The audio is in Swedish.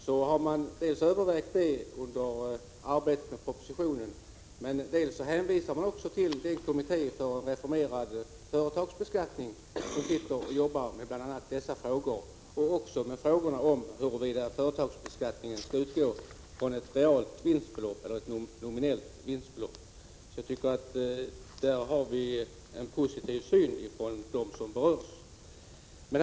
Dels har man övervägt dessa synpunkter under arbetet med propositionen, dels hänvisar man till kommittén för reformerad företagsbeskattning, som jobbar med bl.a. dessa frågor. Men kommittén arbetar också med frågor om huruvida man vid företagsbeskattningen skall utgå från ett realt eller ett nominellt vinstbelopp. Det verkar som om de som berörs har en positiv syn på den saken. Herr talman!